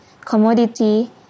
commodity